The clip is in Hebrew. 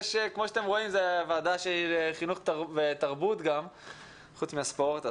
זו ועדה לחינוך וגם תרבות חוץ מהספורט,